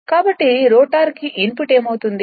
కాబట్టి రోటర్కు ఇన్పుట్ ఏమి అవుతుంది